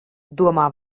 domā